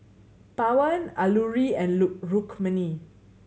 Pawan Alluri and Rukmini